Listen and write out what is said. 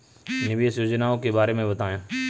निवेश योजनाओं के बारे में बताएँ?